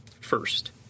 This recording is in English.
First